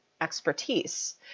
expertise